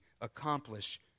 accomplish